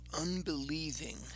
unbelieving